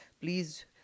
Please